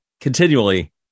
continually